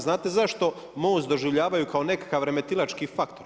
Znate zašto Most doživljavaju kao nekakav remetilački faktor?